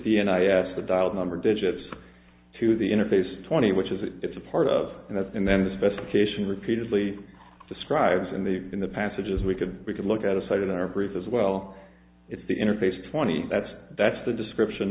the dial the number digits to the interface twenty which is it it's a part of that and then the specification repeatedly describes and they in the passages we could we could look at a site in our group as well it's the interface twenty that's that's the description